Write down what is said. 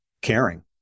caring